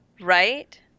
right